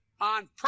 on